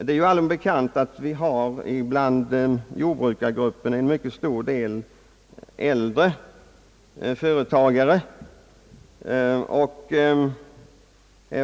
Det är ju allmänt bekant att en mycket stor del av jordbrukarna hör till de äldre åldersgrupperna.